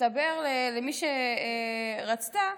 הסתבר למי שרצתה